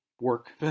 work